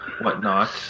whatnot